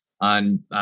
on